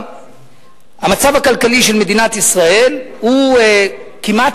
המצב הכלכלי של מדינת ישראל הוא כמעט,